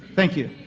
thank you.